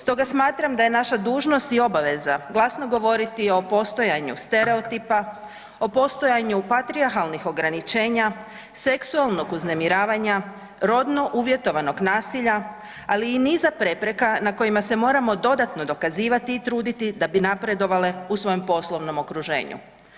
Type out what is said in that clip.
Stoga smatram da je naše dužnost i obaveza glasno govoriti o postojanju stereotipa, o postojanju patrijarhalnih ograničenja, seksualnog uznemiravanja, rodno uvjetovanog nasilja, ali i niza prepreka na kojima se moramo dodatno dokazivati i truditi da bi napredovale u svojem poslovnom okruženju.